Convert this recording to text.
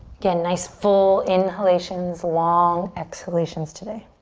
again, nice, full inhalations, long exhalations today.